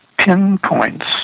pinpoints